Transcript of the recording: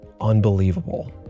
unbelievable